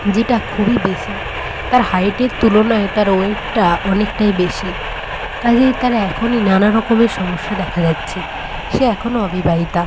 যেটা খুবই বেশি তার হাইটের তুলনায় তার ওয়েটটা অনেকটাই বেশি কাজেই তার এখনই নানা রকমের সমস্যা দেখা যাচ্ছে সে এখনও অবিবাহিতা